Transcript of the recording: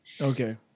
Okay